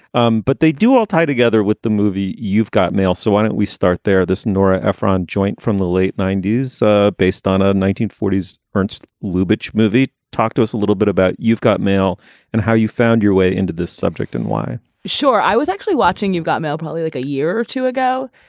um but they do all tie together with the movie. you've got mail, so why don't we start there? this nora ephron joint from the late ninety s so based on a nineteen forty s ernst lubitsch movie. talk to us a little bit about you've got mail and how you found your way into this subject and why sure. i was actually watching. you've got mail probably like a year or two ago.